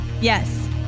Yes